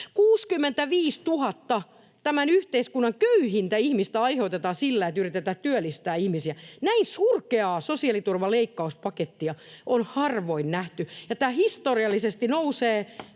65 000 tämän yhteiskunnan köyhintä ihmistä aiheutetaan sillä, että yritetään työllistää ihmisiä. Näin surkeaa sosiaaliturvaleikkauspakettia on harvoin nähty, ja tämä historiallisesti nousee